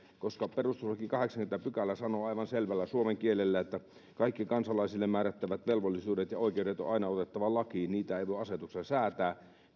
koska perustuslain kahdeksaskymmenes pykälä sanoo aivan selvällä suomen kielellä että kaikki kansalaisille määrättävät velvollisuudet ja oikeudet on aina otettava lakiin niitä ei voi asetuksella säätää